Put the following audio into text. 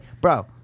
Bro